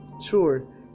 sure